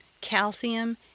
calcium